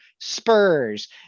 Spurs